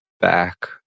back